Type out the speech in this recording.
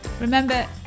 Remember